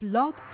Blog